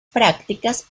prácticas